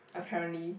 apparently